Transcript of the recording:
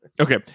Okay